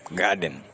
garden